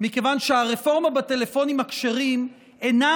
מכיוון שהרפורמה בטלפונים הכשרים אינה